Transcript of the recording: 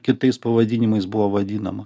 kitais pavadinimais buvo vadinama